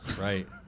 Right